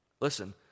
Listen